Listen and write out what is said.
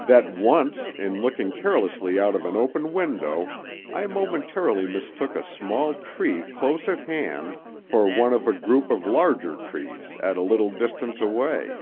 that once in looking carelessly out of an open window i momentarily mistook a small tree close at hand for one of a group of larger trees at a little distance away.